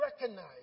recognize